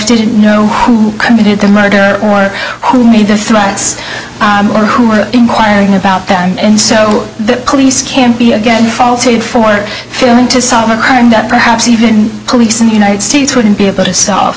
didn't know who committed the murder or who made the threats or who were inquiring about them and so the police can't be again faulted for failing to solve a crime that perhaps even police in the united states wouldn't be able to s